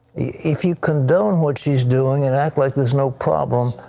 if you condone what she is doing and act like there is no problem,